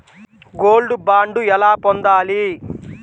Gold bond ఎలా పొందాలి?